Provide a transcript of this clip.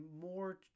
more